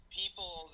people